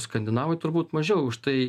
skandinavai turbūt mažiau už tai